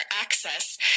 access